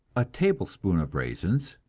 a tablespoonful of raisins,